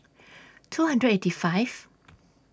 two hundred eighty Fifth